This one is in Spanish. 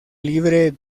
libre